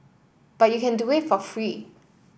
but you can do it for free